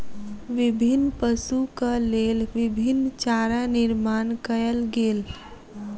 विभिन्न पशुक लेल विभिन्न चारा निर्माण कयल गेल